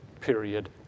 period